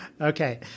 okay